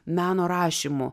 meno rašymu